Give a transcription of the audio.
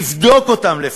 תבדוק אותן לפחות,